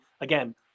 again